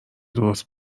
درست